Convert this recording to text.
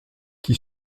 qui